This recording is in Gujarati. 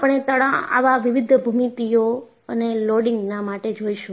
આપણે આવા વિવિધ ભૂમિતિઓ અને લોડિંગના માટે જોઈશું